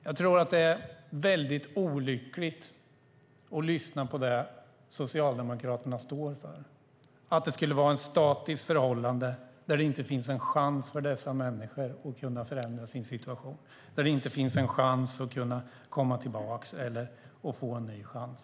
Jag tror att det är väldigt olyckligt att lyssna på det Socialdemokraterna står för - att det skulle vara ett statiskt förhållande utan en chans för dessa människor att kunna förändra sin situation, utan en möjlighet att komma tillbaka och få en ny chans.